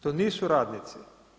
To nisu radnici.